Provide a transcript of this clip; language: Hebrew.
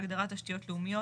בהגדרה "תשתיות לאומיות",